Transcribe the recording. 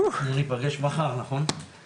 הישיבה ננעלה בשעה